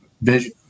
Vision